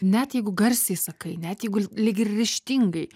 net jeigu garsiai sakai net jeigu lyg ir ryžtingai